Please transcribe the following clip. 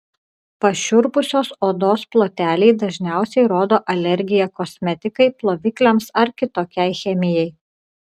pašiurpusios odos ploteliai dažniausiai rodo alergiją kosmetikai plovikliams ar kitokiai chemijai